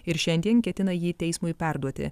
ir šiandien ketina jį teismui perduoti